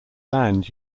land